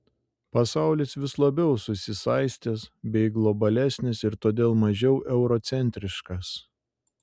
pasaulis vis labiau susisaistęs bei globalesnis ir todėl mažiau eurocentriškas